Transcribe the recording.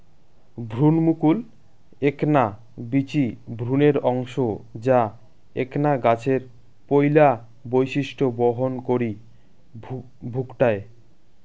ভ্রুণমুকুল এ্যাকনা বীচি ভ্রূণের অংশ যা এ্যাকনা গছের পৈলা বৈশিষ্ট্য বহন করি ভুকটায়